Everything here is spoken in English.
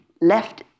left